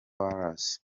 wales